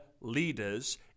leaders